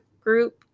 group